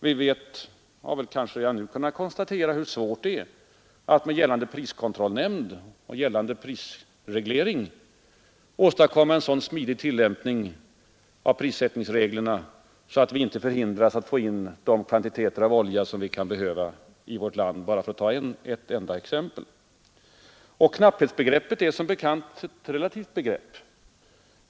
Vi har kanske nu kunnat konstatera hur svårt det är att med gällande priskontrollnämnd och gällande prisreglering åstadkomma en så smidig tillämpning av prissättningsreglerna att vi inte förhindras att få in de kvantiteter av olja som vi kan behöva i vårt land — bara för att ta ett enda exempel. Knapphetsbegreppet är som bekant relativt.